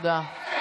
תודה רבה.